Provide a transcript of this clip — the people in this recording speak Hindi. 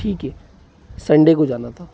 ठीक है संडे को जाना था